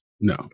No